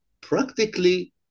Practically